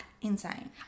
insane